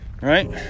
Right